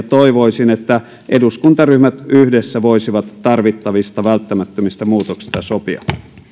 toivoisin että eduskuntaryhmät yhdessä voisivat tarvittavista välttämättömistä muutoksista sopia